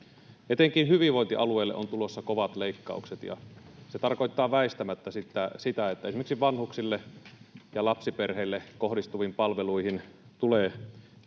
Etenkin hyvinvointialueille on tulossa kovat leikkaukset, ja se tarkoittaa väistämättä sitä, että esimerkiksi vanhuksille ja lapsiperheille kohdistuviin palveluihin tulee